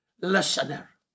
listener